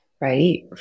right